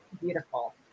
beautiful